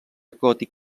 gòtic